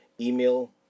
email